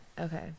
Okay